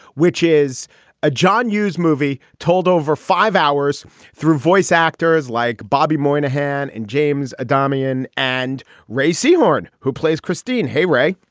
which is a john hughes movie told over five hours through voice actors like bobby moynihan and james a damien and ray seabourn who plays christine. hey, ray.